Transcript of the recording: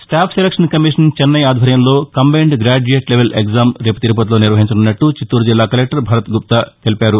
staff selection commission Chennai ఆధ్వర్యంలో combined graduate level ఎగ్డామ్ రేపు తిరుపతిలో నిర్వహించనున్నట్టు చిత్తారు జిల్లా కలెక్టర్ భరత్గుప్తా తెలిపారు